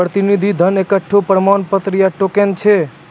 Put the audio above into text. प्रतिनिधि धन एकठो प्रमाण पत्र या टोकन छै